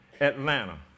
Atlanta